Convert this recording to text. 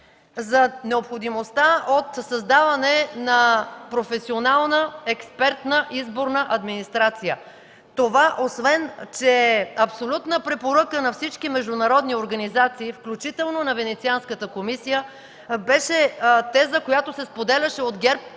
За необходимостта от създаване на професионална, експертна, изборна администрация. Това освен, че е абсолютна препоръка на всички международни организации, включително на Венецианската комисия, беше теза, която се споделяше от ГЕРБ